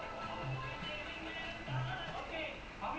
dude how did delhi get into the top fifty whatever